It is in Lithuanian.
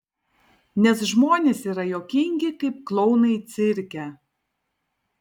nes žmonės yra juokingi kaip klounai cirke